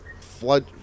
flood